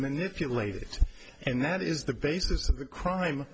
manipulated and that is the basis of the crime